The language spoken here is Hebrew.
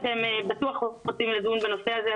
אתם בטוח רוצים לדון בנושא הזה,